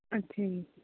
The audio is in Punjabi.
ਅੱਛਾ ਜੀ